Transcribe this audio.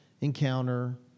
encounter